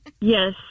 Yes